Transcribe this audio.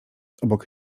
obok